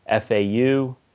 fau